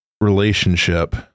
relationship